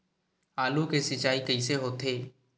आलू के सिंचाई कइसे होथे?